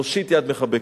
להושיט יד מחבקת.